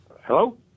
Hello